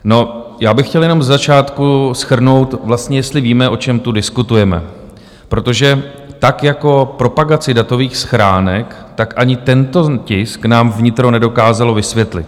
No, já bych chtěl jenom ze začátku shrnout, vlastně jestli víme, o čem tu diskutujeme, protože tak jako propagaci datových schránek, ani tento tisk nám vnitro nedokázalo vysvětlit.